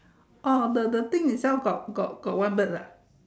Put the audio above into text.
orh the the thing itself got got got one bird lah